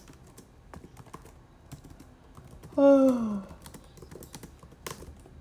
!wah!